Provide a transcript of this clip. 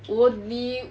我你